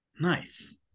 Nice